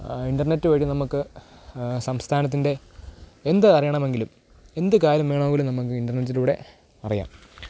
internet വഴി നമുക്ക് സംസ്ഥാനത്തിൻ്റെ എന്ത് അറിയണമെങ്കിലും എന്തു കാര്യം വേണമെങ്കിലും നമുക്ക് ഇൻ്റർനെറ്റിലൂടെ അറിയാം